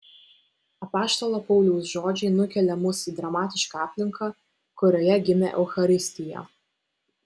apaštalo pauliaus žodžiai nukelia mus į dramatišką aplinką kurioje gimė eucharistija